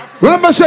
remember